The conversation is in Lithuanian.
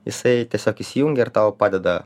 jisai tiesiog įsijungia ir tau padeda